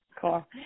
cool